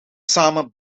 samen